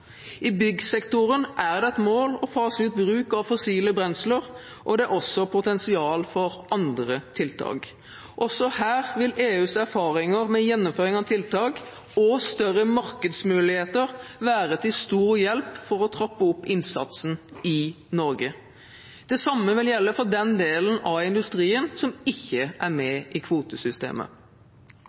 I byggsektoren er det et mål å fase ut bruk av fossile brensler, det er også potensial for andre tiltak. Også her vil EUs erfaringer med gjennomføring av tiltak, og større markedsmuligheter, være til stor hjelp for å trappe opp innsatsen i Norge. Det samme vil gjelde for den delen av industrien som ikke er med i kvotesystemet.